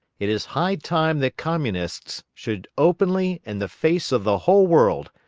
it is high time that communists should openly, in the face of the whole world,